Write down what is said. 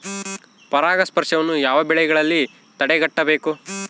ಪರಾಗಸ್ಪರ್ಶವನ್ನು ಯಾವ ಬೆಳೆಗಳಲ್ಲಿ ತಡೆಗಟ್ಟಬೇಕು?